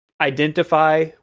identify